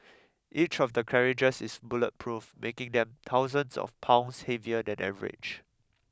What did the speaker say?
each of the carriages is bulletproof making them thousands of pounds heavier than average